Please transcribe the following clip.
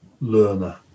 learner